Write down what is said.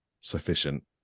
sufficient